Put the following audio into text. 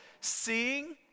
seeing